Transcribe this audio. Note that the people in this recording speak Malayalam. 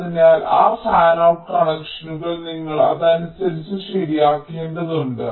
അതിനാൽ ആ ഫാനൌട് കണക്ഷനുകൾ നിങ്ങൾ അതിനനുസരിച്ച് ശരിയാക്കേണ്ടതുണ്ട്